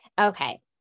Okay